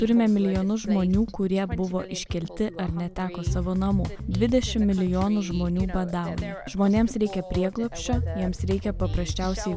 turime milijonus žmonių kurie buvo iškelti ar neteko savo namų dvidešim milijonų žmonių badauja žmonėms reikia prieglobsčio jiems reikia paprasčiausiai